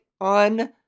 on